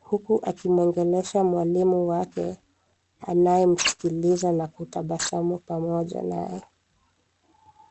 huku akimwongelesha mwalimu wake anayemsikiliza na kutabasamu pamoja naye.